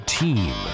team